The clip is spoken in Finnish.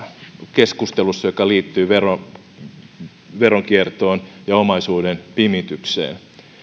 keskustelussa joka liittyy veronkiertoon ja omaisuuden pimitykseen